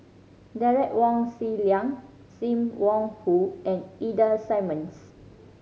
Derek Wong Zi Liang Sim Wong Hoo and Ida Simmons